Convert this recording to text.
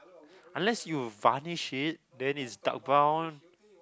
unless you varnish it then is dark brown